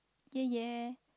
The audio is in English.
ya ya